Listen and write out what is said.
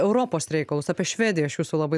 europos reikalus apie švediją aš jūsų labai